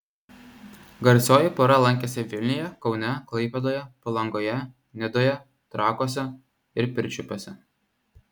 garsioji pora lankėsi vilniuje kaune klaipėdoje palangoje nidoje trakuose ir pirčiupiuose